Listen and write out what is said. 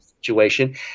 situation